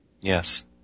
Yes